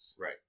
Right